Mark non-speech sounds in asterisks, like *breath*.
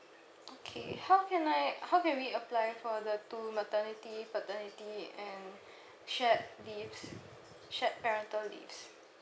okay how can I how can we apply for the two maternity paternity and *breath* shared leaves shared parental leaves